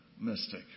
mystic